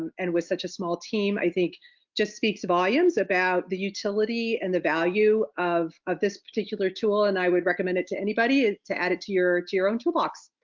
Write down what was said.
and with such a small team, i think just speaks volumes about the utility and the value of of this particular tool. and i would recommend it to anybody to add it to your to your own toolbox.